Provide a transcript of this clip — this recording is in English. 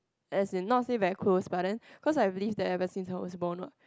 as in not say very close but then cause I really there ever since her was born what